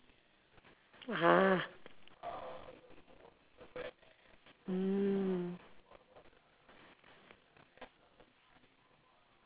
!huh! mm